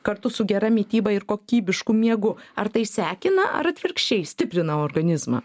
kartu su gera mityba ir kokybišku miegu ar tai sekina ar atvirkščiai stiprina organizmą